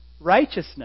righteousness